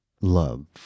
love